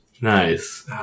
Nice